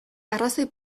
arrazoi